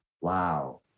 wow